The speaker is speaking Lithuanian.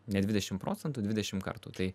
ne dvidešim procentų dvidešim kartų tai